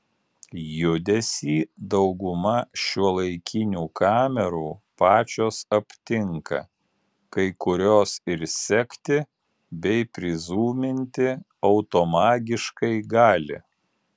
judesį dauguma šiuolaikinių kamerų pačios aptinka kai kurios ir sekti bei prizūminti automagiškai gali